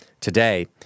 Today